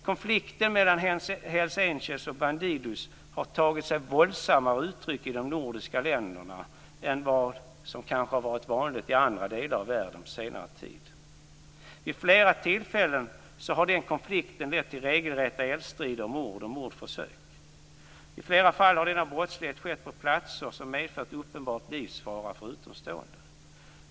Konflikten mellan Hells Angels och Bandidos har tagit sig våldsammare uttryck i de nordiska länderna än vad som kanske har varit vanligt i andra delar av världen på senare tid. Vid flera tillfällen har konflikten lett till regelrätta eldstrider, mord och mordförsök. I flera fall har denna brottslighet skett på platser som medfört uppenbar livsfara för utomstående.